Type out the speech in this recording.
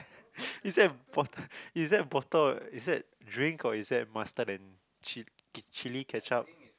is that bott~ is that bottle or is that drink or is that mustard and chil~ chill ketchup